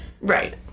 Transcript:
Right